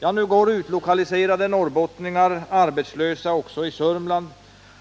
Ja, nu går utlokaliserade norrbottningar arbetslösa också i Sörmland,